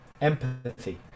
Empathy